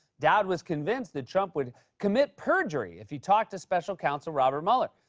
dowd was convinced that trump would commit perjury if he talked to special counsel robert mueller.